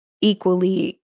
equally